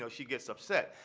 so she gets upset.